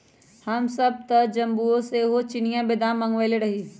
हमसभ तऽ जम्मूओ से सेहो चिनियाँ बेदाम मँगवएले रहीयइ